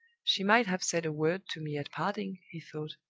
she might have said a word to me at parting! he thought.